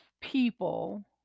people